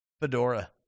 fedora